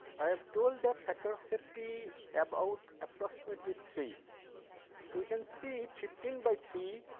i have told that factor of safety about approximately three so you can see fifteen by three,